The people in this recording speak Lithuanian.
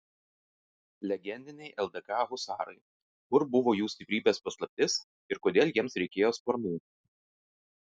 legendiniai ldk husarai kur buvo jų stiprybės paslaptis ir kodėl jiems reikėjo sparnų